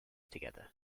together